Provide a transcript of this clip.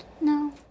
No